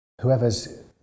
whoever's